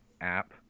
app